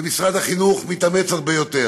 ומשרד החינוך מתאמץ הרבה יותר.